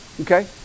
Okay